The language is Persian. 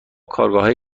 کارگرهای